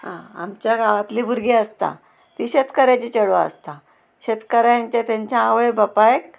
आं आमच्या गांवांतलीं भुरगीं आसता तीं शेतकाराचीं चेडवां आसता शेतकारांचे तेंच्या आवय बापायक